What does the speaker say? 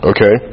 Okay